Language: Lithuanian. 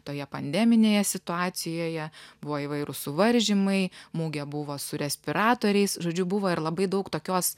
toje pandeminėje situacijoje buvo įvairūs suvaržymai mugė buvo su respiratoriais žodžiu buvo ir labai daug tokios